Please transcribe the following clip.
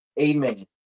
Amen